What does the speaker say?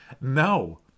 No